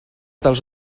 dels